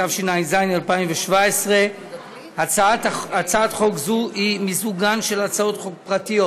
התשע"ז 2017. הצעת חוק זו היא מיזוגן של הצעות חוק פרטיות